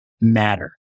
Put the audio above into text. matter